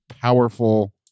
powerful